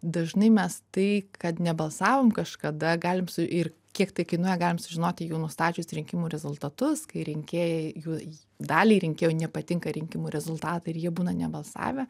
dažnai mes tai kad nebalsavom kažkada galim su ir kiek tai kainuoja galim sužinoti jau nustačius rinkimų rezultatus kai rinkėjai jų daliai rinkėjų nepatinka rinkimų rezultatai ir jie būna nebalsavę